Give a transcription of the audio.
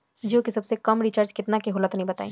जीओ के सबसे कम रिचार्ज केतना के होला तनि बताई?